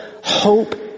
hope